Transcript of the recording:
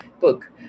book